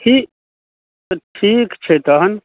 ठीक तऽ ठीक छै तहन